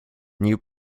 new